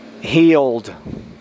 Healed